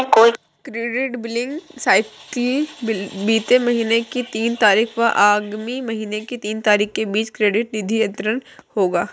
credit billing cycle बीते महीने की तीन तारीख व आगामी महीने की तीन तारीख के बीच क्रेडिट निधि अंतरण होगा